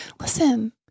listen